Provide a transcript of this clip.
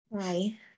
Hi